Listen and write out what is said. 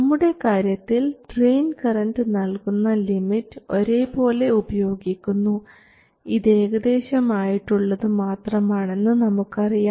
നമ്മുടെ കാര്യത്തിൽ drain current നൽകുന്ന ലിമിറ്റ് ഒരേപോലെ ഉപയോഗിക്കുന്നു ഇത് ഏകദേശം ആയിട്ടുള്ളത് മാത്രമാണെന്ന് നമുക്കറിയാം